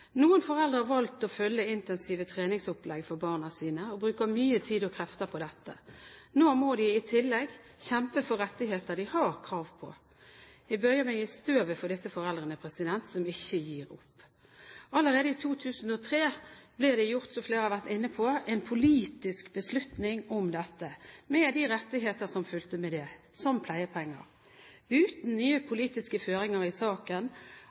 Noen foreldre har valgt å følge intensive treningsopplegg for barna sine og bruker mye tid og krefter på dette. Nå må de i tillegg kjempe for rettigheter de har krav på. Jeg bøyer meg i støvet for disse foreldrene, som ikke gir opp. Allerede i 2003 ble det, som flere har vært inne på, gjort en politisk beslutning om dette, med de rettigheter som fulgte med det, som pleiepenger. Uten nye politiske føringer i saken